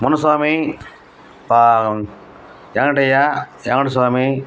Muniswamy Venkataiah Venkata Swamy